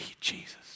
Jesus